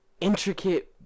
intricate